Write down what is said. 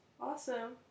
awesome